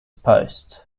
post